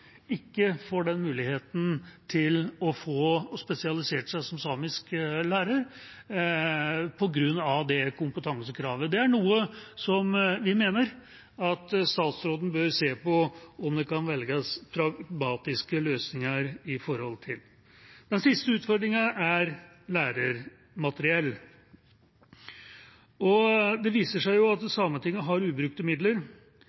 får muligheten til å spesialisere seg som samisklærere. Det er noe vi mener at statsråden bør se på om det kan velges pragmatiske løsninger for. Den siste utfordringen er læremateriell. Det viser seg at Sametinget har ubrukte midler